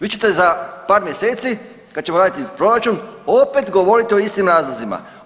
Vi ćete za par mjeseci kad ćemo raditi proračun opet govoriti o istim razlozima.